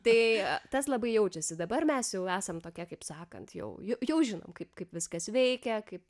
tai tas labai jaučiasi dabar mes jau esam tokie kaip sakant jau jau žinom kaip kaip viskas veikia kaip